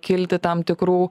kilti tam tikrų